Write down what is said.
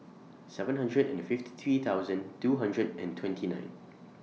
seven hundred and fifty three thousand two hundred and twenty nine